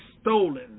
stolen